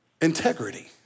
integrity